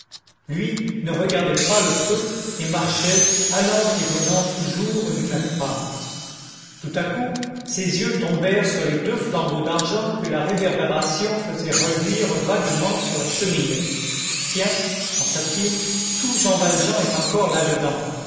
lui ne regardait pas le feu et marchait allant et venant toujours du même pas tout à coup ses yeux tombèrent sur les deux flambeaux d'argent que la réverbération faisait reluire vaguement sur la cheminée tiens pensa-t-il tout jean valjean est encore là-dedans